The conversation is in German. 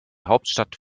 hauptstadt